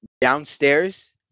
downstairs